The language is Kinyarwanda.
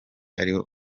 ariwo